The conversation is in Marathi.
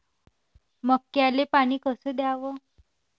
मक्याले पानी कस द्याव?